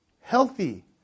healthy